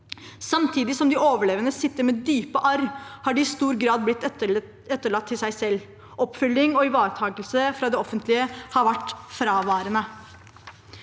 Samtidig som de overlevende sitter med dype arr, har de i stor grad blitt overlatt til seg selv. Oppfølging og ivaretakelse fra det offentlige har vært fraværende.